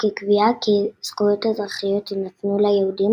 וכקביעה כי זכויות אזרחיות יינתנו ליהודים